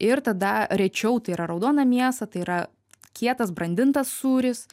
ir tada rečiau tai yra raudona mėsa tai yra kietas brandintas sūris